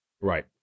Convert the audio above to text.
Right